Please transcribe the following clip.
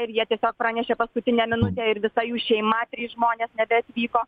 ir jie tiesiog pranešė paskutinę minutę ir visa jų šeima trys žmonės nebeatvyko